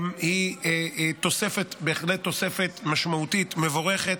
היא תוספת, בהחלט תוספת משמעותית ומבורכת.